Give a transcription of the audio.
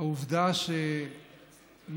העובדה היא שמאז